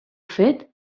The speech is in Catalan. fet